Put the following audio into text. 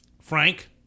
Frank